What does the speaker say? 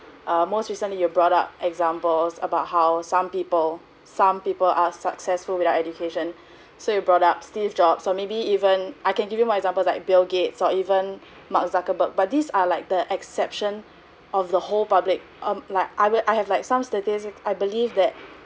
err most recently you're brought up examples about how some people some people are successful without education so you brought up steve jobs or maybe even I can give you more examples like bill gates or even mark zuckerberg but these are like the exception of the whole public um like I will I have like some statistic I believe that